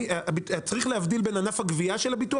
צריך להבדיל בין ענף הגבייה של הביטוח